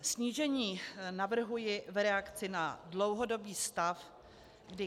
Snížení navrhuji v reakci na dlouhodobý stav, kdy